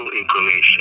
inclination